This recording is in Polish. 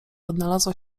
odnalazła